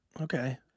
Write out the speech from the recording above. Okay